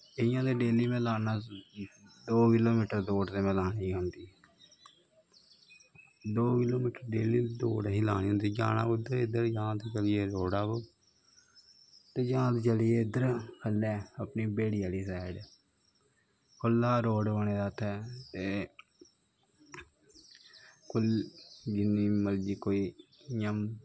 इयां ते में डेल्ली लान्ना दो किलो मीटर दौड़ ते में लानी गै होंदी दो किलो मीटर दौड़ डेल्ली लानी होंदी जाना कुत्थें जा रोड़ा पर ते जां चते चली गे अपनी बेड़ी आह्ली साईड़ खल्लैं रोड़ बने दा इत्थें ते जिन्ना मर्जी इयां कोई